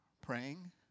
praying